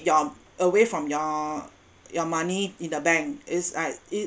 your away from your your money in the bank is like it